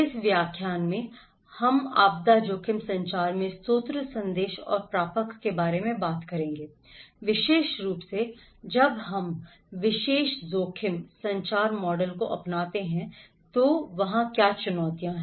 इस व्याख्यान में हम आपदा जोखिम संचार में स्रोत संदेश और प्रापक के बारे में बात करेंगे विशेष रूप से जब हम विशेष जोखिम संचार मॉडल को अपनाते हैं तो वहां क्या चुनौतियां हैं